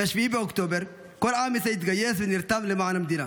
מ-7 באוקטובר כל עם ישראל התגייס ונרתם למען המדינה,